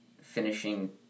finishing